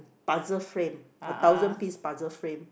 puzzle frame a thousand piece puzzle frame